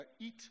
eat